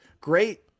great